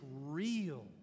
real